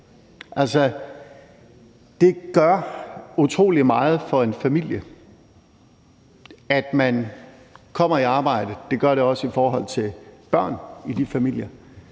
det gør utrolig meget for en familie, at man kommer i arbejde, og det gør det også i forhold til børn i de familier.